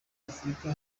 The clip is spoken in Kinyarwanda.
afurika